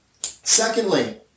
Secondly